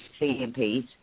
CMPs